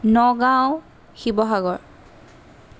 Nagaon Sivasagar